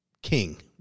king